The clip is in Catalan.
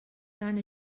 tant